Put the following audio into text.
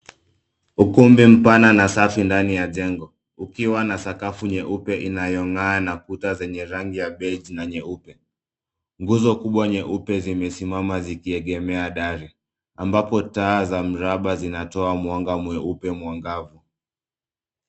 Ukumbi mpana na safi ndani ya jengo ukiwa na sakafu nyeupe inayongaa na kuta zenye rangi ya beige na nyeupe. Nguzo kubwa nyeupe zimesimama zikiegemea dari ambapo taa za mraba zinatoa mwanga mweupe mwangavu.